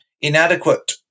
inadequate